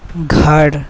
घर